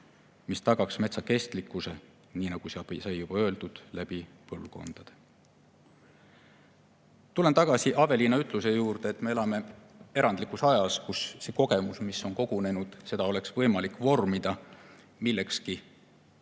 mis tagaks metsa kestlikkuse, nii nagu sai juba öeldud, läbi põlvkondade. Tulen tagasi Aveliina ütluse juurde, et me elame erandlikus ajas ning seda kogemust, mis on kogunenud, on võimalik vormida millekski,